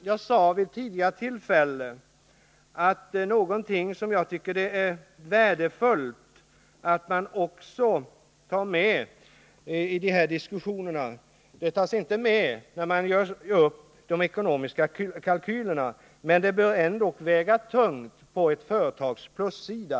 Jag sade vid ett tidigare tillfälle att jag tycker det är värdefullt att man i de här diskussionerna också tar med något som inte tas med när de ekonomiska kalkylerna görs upp men som ändå bör väga tungt på ett företags plussida.